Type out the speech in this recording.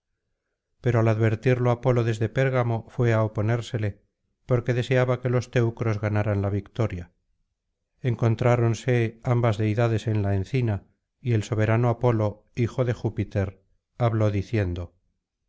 pero al advertirlo apolo desde pérgamo fué á oponérsele porque deseaba que los teneros ganaran la victoria encontráronse ambas deidades en la encina y el soberano apolo hijo de júpiter habló diciendo